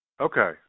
Okay